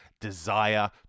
desire